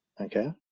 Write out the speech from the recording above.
Okay